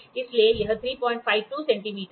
इसलिए यह 352 सेंटीमीटर है